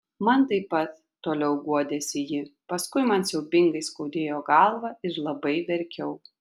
man taip pat toliau guodėsi ji paskui man siaubingai skaudėjo galvą ir labai verkiau